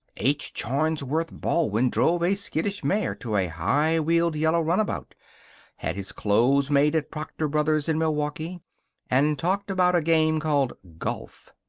h. charnsworth baldwin drove a skittish mare to a high-wheeled yellow runabout had his clothes made at proctor brothers in milwaukee and talked about a game called golf.